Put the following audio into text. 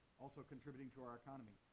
also contributing to our economy.